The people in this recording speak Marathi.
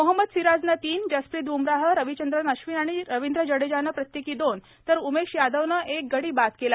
मोहम्मद सिराजनं तीन जसप्रित ब्मराह रविचंद्रन अश्विन आणि रविंद्र जडेजानं प्रत्येकी दोन तर उमेश यादवनं एक गडी बाद केला